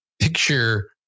picture